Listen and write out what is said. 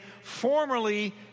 formerly